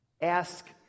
Ask